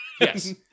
Yes